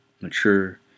mature